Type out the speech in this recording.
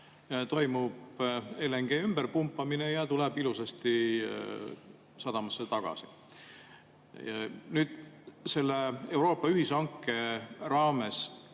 toimub LNG ümberpumpamine ja ta tuleb ilusasti sadamasse tagasi. Kas me selle Euroopa ühishanke raames